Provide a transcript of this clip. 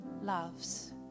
loves